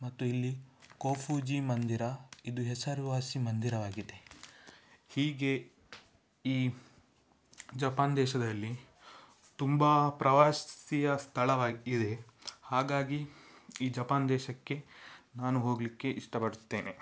ಮತ್ತು ಇಲ್ಲಿ ಕೋಫೂಜಿ ಮಂದಿರ ಇದು ಹೆಸರುವಾಸಿ ಮಂದಿರವಾಗಿದೆ ಹೀಗೆ ಈ ಜಪಾನ್ ದೇಶದಲ್ಲಿ ತುಂಬ ಪ್ರವಾಸಿ ಸ್ಥಳವಾಗಿದೆ ಹಾಗಾಗಿ ಈ ಜಪಾನ್ ದೇಶಕ್ಕೆ ನಾನು ಹೋಗಲಿಕ್ಕೆ ಇಷ್ಟಪಡುತ್ತೇನೆ